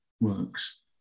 works